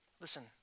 Listen